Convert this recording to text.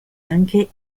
anche